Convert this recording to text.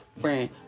friend